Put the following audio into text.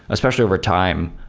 especially over time,